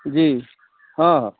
जी हँ हँ